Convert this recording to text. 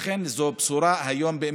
לכן זאת באמת בשורה היום.